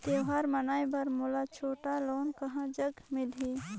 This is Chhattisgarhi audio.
त्योहार मनाए बर मोला छोटा लोन कहां जग मिलही?